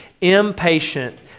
impatient